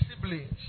siblings